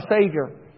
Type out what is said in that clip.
Savior